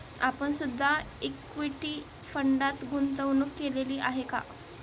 आपण सुद्धा इक्विटी फंडात गुंतवणूक केलेली आहे का?